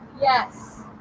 yes